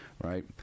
right